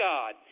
God